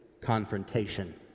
confrontation